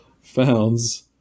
founds